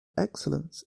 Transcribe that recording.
excellence